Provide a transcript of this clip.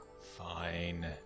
Fine